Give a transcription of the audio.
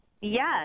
Yes